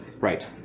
Right